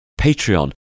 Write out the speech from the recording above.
Patreon